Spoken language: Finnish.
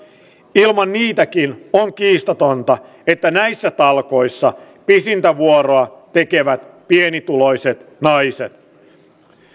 ilman niitäkin on kiistatonta että näissä talkoissa pisintä vuoroa tekevät pienituloiset naiset